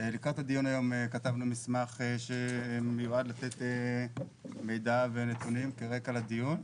לקראת הדיון היום כתבתנו מסמך שמיועד לתת מידע ונתונים כרקע לדיון.